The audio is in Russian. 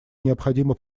необходима